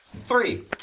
Three